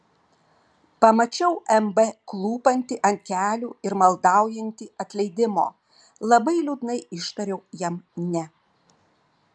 pamačiau mb klūpantį ant kelių ir maldaujantį atleidimo labai liūdnai ištariau jam ne